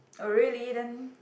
oh really then